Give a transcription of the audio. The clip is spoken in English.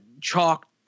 chalk